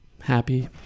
happy